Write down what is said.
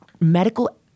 Medical